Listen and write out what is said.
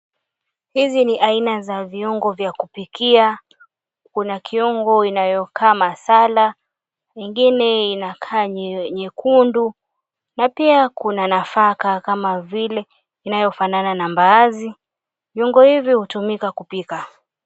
Hizi ni aina za viungo vya kupikia. Kuna kiungo inayokaa masala, ingine inakaa nyekundu na pia kuna nafaka kama vile inayofanana na mbaazi .Viungo hivi hutumika kupika.